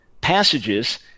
passages